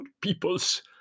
peoples